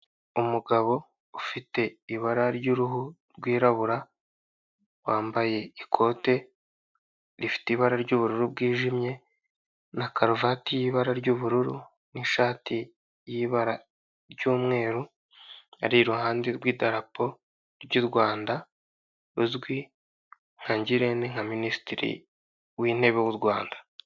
Umugabo ufite ibara ry'uruhu rwirabura, wambaye ikote rifite ibara ry'ubururu bwijimye, na karuvati y'ibara ry'ubururu, n'ishati y'ibara ry'umweru, ari i ruhande rw'idarapo ry'u Rwanda, uzwi nka Ngirente, nka Minisitiri w'intewe w'u Rwanda.